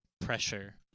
Pressure